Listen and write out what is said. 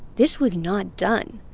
this was not done.